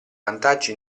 vantaggi